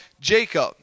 Jacob